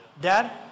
Dad